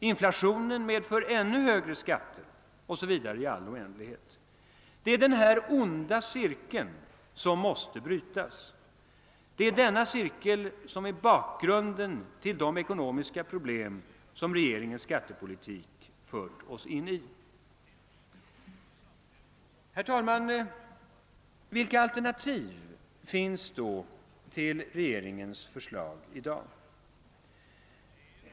Inflationen medför ännu högre skatter o.s.v. i all oändlighet. Detta är den onda cirkel som måste brytas. Det är den som är bakgrunden till de ekonomiska problem som regeringens skattepolitik fört oss in i. Herr talman! Vilka alternativ finns i dag till regeringens förslag?